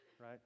right